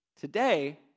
Today